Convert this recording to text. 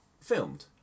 filmed